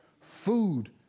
Food